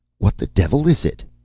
what the devil is it?